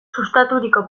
sustaturiko